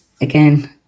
again